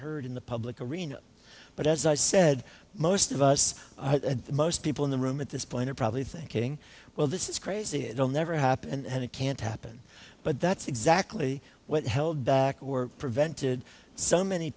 heard in the public arena but as i said most of us the most people in the room at this point are probably thinking well this is crazy it will never happen and it can't happen but that's exactly what held back or prevented some many